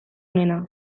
onena